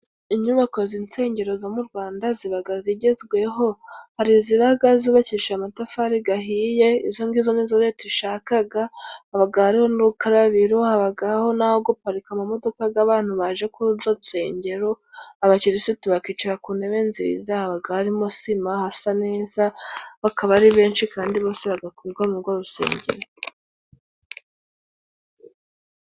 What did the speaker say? Inyubako z'insengero zo mu Rwanda zibaga zigezweho, hari izibaga zubakishije amatafari gahiye izo ngizo nizo Leta ishakaga, habaga hariho urukarabiro, habaga hariho naho guparika amamodoka g'abantu baje kuri izo nsengero. Abakirisitu bakicara ku ntebe nziza, habaga harimo sima, hasa neza, bakaba ari benshi kandi bose bagakwirwa mwurwo rusengero.